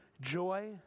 joy